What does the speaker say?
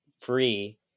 free